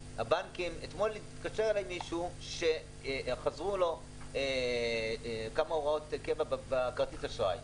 אתמול התקשר אלי מישהו שחזרו לו כמה הוראות קבע בכרטיס האשראי.